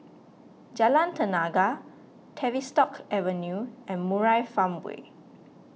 Jalan Tenaga Tavistock Avenue and Murai Farmway